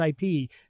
IP